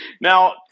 Now